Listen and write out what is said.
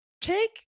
take